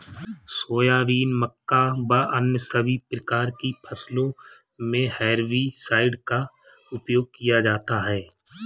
soybean, मक्का व अन्य सभी प्रकार की फसलों मे हेर्बिसाइड का उपयोग किया जाता हैं